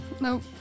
Nope